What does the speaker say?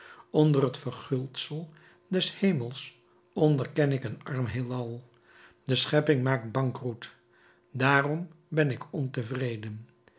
onder het verguldsel des hemels onderken ik een arm heelal de schepping maakt bankroet daarom ben ik ontevreden